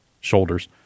shoulders